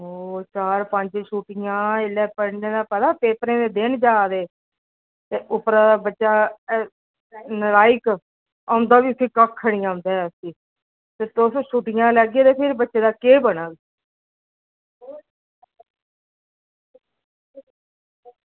ओह् चार पंज छुट्टियां ऐल्लै पढ़ने दा पता पेपरें दे दिन जाऽ दे ते उप्परै दा बच्चा नालायक औंदा बी उसी कक्ख निं औंदा ऐ उसी ते तुस छुट्टियां लैगे ते फिर बच्चे दा केह् बनग